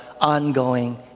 ongoing